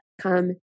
come